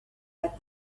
but